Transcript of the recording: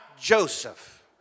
Joseph